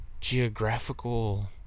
geographical